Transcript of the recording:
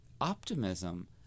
optimism